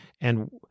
And-